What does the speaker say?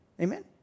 Amen